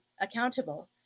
accountable